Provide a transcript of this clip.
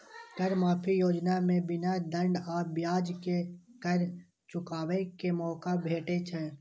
कर माफी योजना मे बिना दंड आ ब्याज के कर चुकाबै के मौका भेटै छै